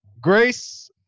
Grace